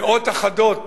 מאות אחדות